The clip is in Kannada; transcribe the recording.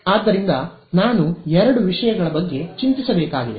ಆದ್ದರಿಂದ ನಾನು ಎರಡು ವಿಷಯಗಳ ಬಗ್ಗೆ ಚಿಂತಿಸಬೇಕಾಗಿದೆ